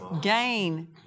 gain